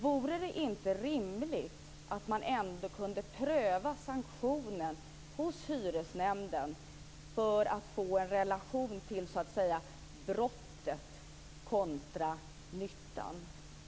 Vore det inte rimligt att pröva sanktionerna hos hyresnämnden, så att man får en bild av relationen mellan brottet och nyttan?